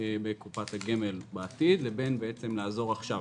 בקופת הגמל בעתיד לבין לעזור עכשיו.